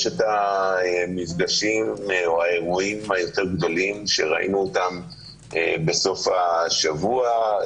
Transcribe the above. יש את האירועים היותר גדולים, שראינו בסוף השבוע,